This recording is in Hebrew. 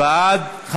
בעד,